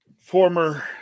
former